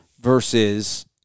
versus